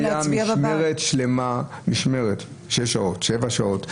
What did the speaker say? משמרת זה שבע שעות.